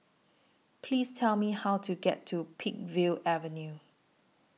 Please Tell Me How to get to Peakville Avenue